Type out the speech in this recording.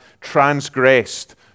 transgressed